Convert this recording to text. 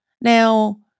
Now